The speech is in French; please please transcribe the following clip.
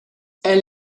elle